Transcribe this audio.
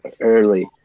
early